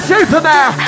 Superman